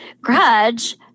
grudge